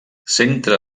centre